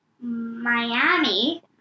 Miami